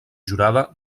jurada